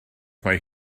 mae